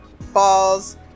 balls